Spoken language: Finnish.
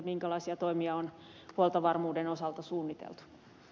minkälaisia toimia on huoltovarmuuden osalta suunniteltu